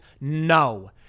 No